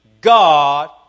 God